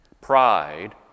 Pride